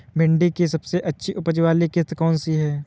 भिंडी की सबसे अच्छी उपज वाली किश्त कौन सी है?